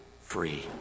free